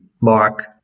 Mark